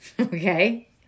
okay